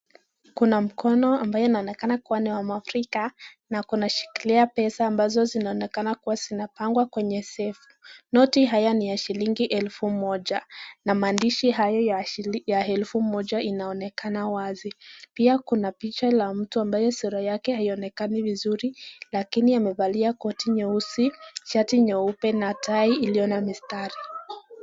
Kuna mkono ambayo inaonekana kuwa ni ya Mwafrika na kunashikilia pesa ambazo zinaonekana kuwa zimepangwa kwenye sefu. Noti haya ni ya shilingi elfu moja na maandishi haya ya elfu moja inaonekana wazi. Pia kuna picha ya mtu ambaye sura yake haionekani vizuri lakini amevalia koti nyeusi, shati nyeupe na tai iliyo na mistari.